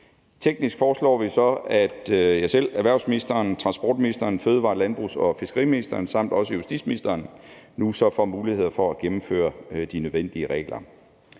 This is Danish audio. Teknisk foreslår vi så, at jeg selv – erhvervsministeren – transportministeren, fødevare-, landbrugs- og fiskeriministeren samt også justitsministeren nu får mulighed for at gennemføre de nødvendige regler.